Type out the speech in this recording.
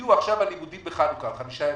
הודיעו עכשיו על לימודים בחנוכה למשך חמישה ימים,